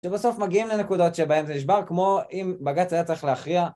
שבסוף מגיעים לנקודות שבהם זה נשבר כמו אם בג"ץ צייר צריך להכריע